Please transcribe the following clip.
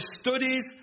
studies